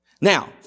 Now